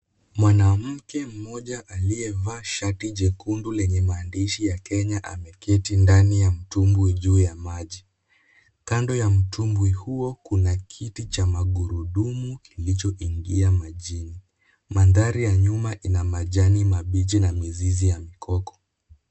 Mwanamke mmoja aliyevaa shati jekundu lenye maandishi ya Kenya ameketi ndani ya mtumbwi juu ya maji. kando ya mtumbwi huo kuna kiti cha magurudumu kilichoingia majini. Maanthari ya nyuma ina majani mabichi na mizizi ya mikoko